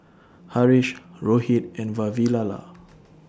Haresh Rohit and Vavilala